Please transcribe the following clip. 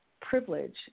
privilege